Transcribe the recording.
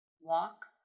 walk